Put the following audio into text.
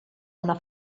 una